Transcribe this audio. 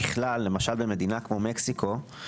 ככלל למשל במדינה כמו מקסיקו,